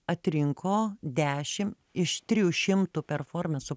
atrinko dešim iš trijų šimtų performesų